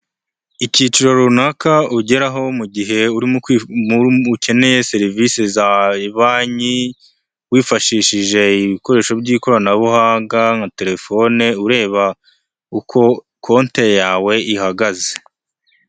Icyiciro runaka ugeraho mu gihe ukeneye serivisi za banki, wifashishije ibikoresho by'ikoranabuhanga nka telefone, ureba uko konti yawe ihagaze.